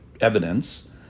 evidence